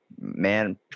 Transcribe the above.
man